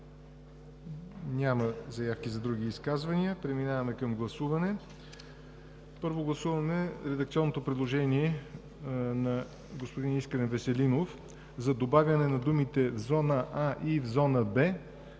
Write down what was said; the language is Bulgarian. Няма заявки за други изказвания. Преминаваме към гласуване. Първо гласуваме редакционното предложение на господин Искрен Веселинов за добавяне на думите „зона „А“ и „зона „Б“